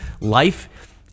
life